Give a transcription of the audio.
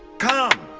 come!